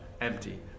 empty